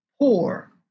poor